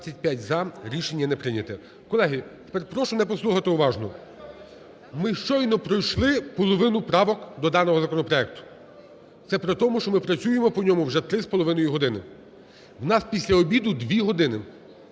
За-25 Рішення не прийняте. Колеги, прошу мене послухати уважно. Ми щойно пройшли половину правок до даного законопроекту. Це при тому, що ми працюємо по ньому вже 3,5 години. У нас після обіду 2 години.